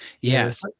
yes